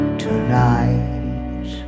tonight